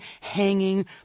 hanging